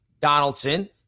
Donaldson